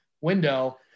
window